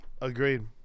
agreed